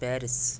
Paris